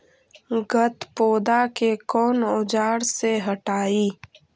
गत्पोदा के कौन औजार से हटायी?